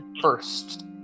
first